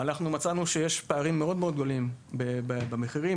מצאנו שיש פערים מאוד גדולים במחירים.